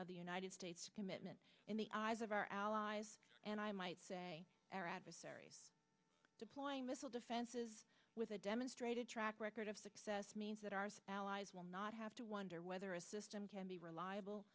of the united states commitment in the eyes of our allies and i might say our adversaries deploying missile defenses with a demonstrated track record of success means that our allies will not have to wonder whether a system can be reliable